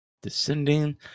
Descending